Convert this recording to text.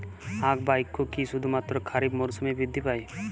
আখ বা ইক্ষু কি শুধুমাত্র খারিফ মরসুমেই বৃদ্ধি পায়?